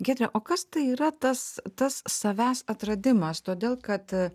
giedre o kas tai yra tas tas savęs atradimas todėl kad